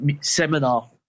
seminar